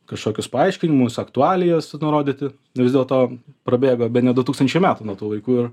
kažkokius paaiškinimus aktualijas nurodyti vis dėlto prabėgo bene du tūkstančiai metų nuo tų laikų ir